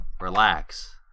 Relax